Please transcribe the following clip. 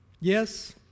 Yes